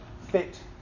fit